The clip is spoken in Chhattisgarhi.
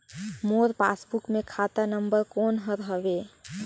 मोर पासबुक मे खाता नम्बर कोन हर हवे?